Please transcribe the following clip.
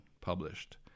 published